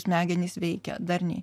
smegenys veikia darniai